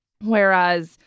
Whereas